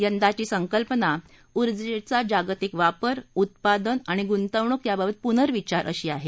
यंदाची संकल्पना ऊजेंचा जागतिक वापर उत्पादन आणि गुंतवणूक याबाबत पुनविंचार अशी आहे